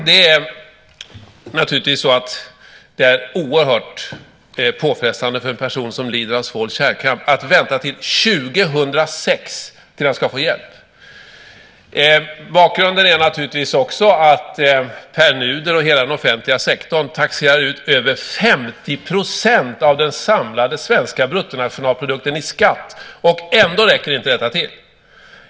Det är naturligtvis oerhört påfrestande för en person som lider av svår kärlkramp att vänta till 2006 då han ska få hjälp. Till bakgrunden hör också att Pär Nuder och hela den offentliga sektorn taxerar ut över 50 % av den samlade svenska bruttonationalprodukten i skatt. Ändå räcker det inte till.